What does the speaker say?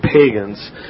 pagans